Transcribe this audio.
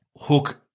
hook